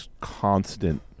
constant